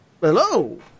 Hello